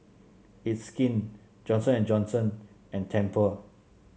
It's Skin Johnson And Johnson and Tempur